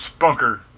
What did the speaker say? Spunker